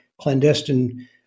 clandestine